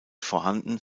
vorhanden